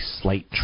slight